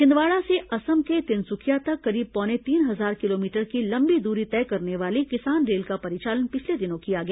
छिंदवाड़ा से असम के तिनसुकिया तक करीब पौने तीन हजार किलोमीटर की लंबी दूरी तय करने वाली किसान रेल का परिचालन पिछले दिनों किया गया